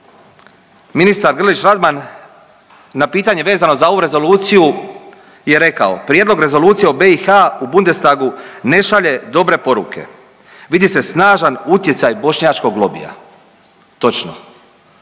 ministar Grlić Radman na pitanje vezano za ovu rezoluciju je rekao, prijedlog Rezolucije o BiH u Bundestagu ne šalje dobre poruke, vidi se snažan utjecaj bošnjačkog lobija. Točno,